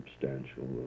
substantial